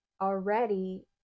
already